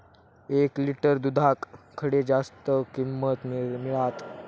एक लिटर दूधाक खडे जास्त किंमत मिळात?